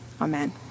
Amen